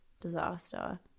disaster